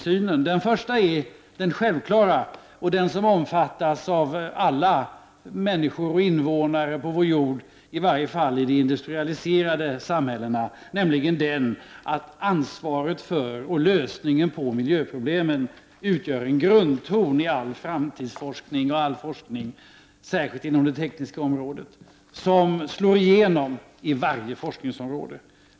Det gäller för det första något som är självklart och som omfattas av alla människor och invånare på vår jord, i varje fall de människor som bor i de industrialiserade samhällena, nämligen att ansvaret för och lösningen på miljöproblemen utgör en grundton i all framtidsforskning och särskilt all forskning inom det tekniska området, och det slår igenom inom varje forskningsområde.